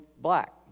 black